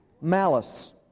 malice